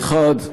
האחד,